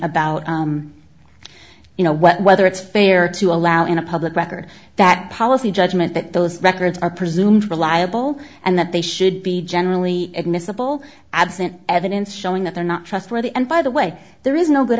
about you know whether it's fair to allow in a public record that policy judgment that those records are presumed reliable and that they should be generally ignace of all absent evidence showing that they're not trustworthy and by the way there is no good